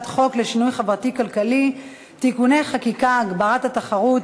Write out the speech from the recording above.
חוק לשינוי חברתי-כלכלי (תיקוני חקיקה) (הגברת התחרות),